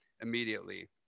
immediately